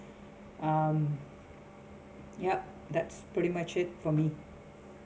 um yup that's pretty much it for me